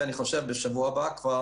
אני חושב שבשבוע הבא כבר,